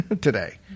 today